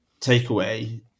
takeaway